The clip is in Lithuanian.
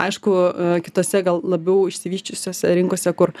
aišku kitose gal labiau išsivysčiusiose rinkose kur